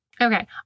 Okay